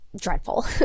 dreadful